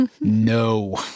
no